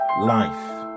life